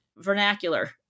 vernacular